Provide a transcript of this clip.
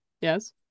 Yes